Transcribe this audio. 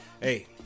Hey